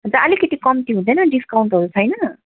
हुन्छ आलिकिति कम्ती हुँदैन डिस्काउन्टहरू छैन